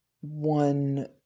one